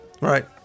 Right